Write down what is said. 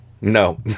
No